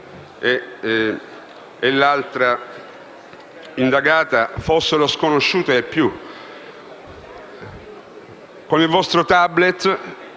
e l'altra indagata fossero sconosciute ai più. Se con il vostro *tablet*